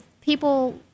people